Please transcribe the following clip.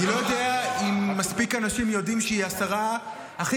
אני לא יודע אם מספיק אנשים יודעים שהיא השרה הכי